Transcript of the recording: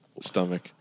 stomach